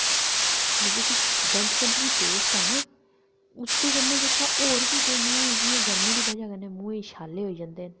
ते जेह्की दंत कांति दी पेस्ट ऐ ना ते उसदी बजह् कन्नै होर बी जेह्का जि'यां गरमी दी बजह् कन्नै मूहें गी छाल्ले होई जंदे न